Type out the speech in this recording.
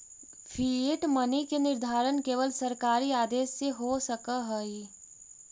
fiat money के निर्धारण केवल सरकारी आदेश से हो सकऽ हई